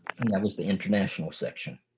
and that was the international section.